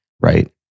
right